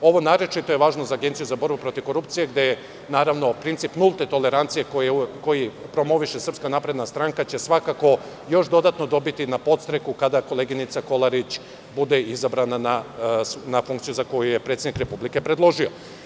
Ovo je naročito važno za Agenciju za borbu protiv korupcije, gde će princip nulte tolerancije, koju promoviše SNS, svakako još dodatno dobiti na podstreku kada koleginica Kolarić bude izabrana na funkciju za koju ju je predsednik republike predložio.